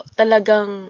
talagang